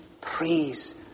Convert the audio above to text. praise